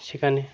সেখানে